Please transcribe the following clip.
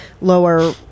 lower